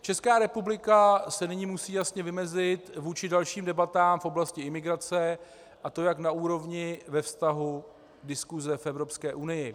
Česká republika se nyní musí jasně vymezit vůči dalším debatám v oblasti imigrace, a to jak na úrovni ve vztahu diskuse v Evropské unii.